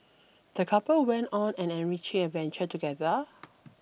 the couple went on an enriching adventure together